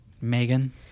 Megan